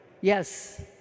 Yes